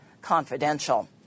confidential